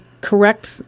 correct